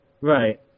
Right